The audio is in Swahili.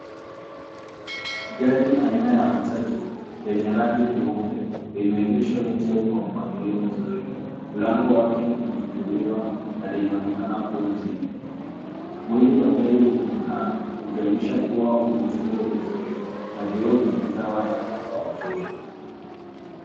Gari aina ya matatu lenye rangi nyeupe limeegeshwa nje kwa mpangilio mzuri. Mlango wake umefunguliwa na linaonekana kuwa jipya. Mwili wa gari umeng'aa ukionyesha kuwa umetunzwa vizuri na vioo vimejawa na mwanga wa jua.